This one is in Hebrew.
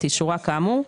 עד את אישורה כאמור,